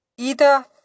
Ida